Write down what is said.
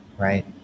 right